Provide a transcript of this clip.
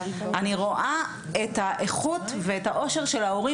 אני רואה את האיכות ואת האושר של ההורים